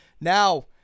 Now